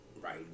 right